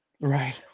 Right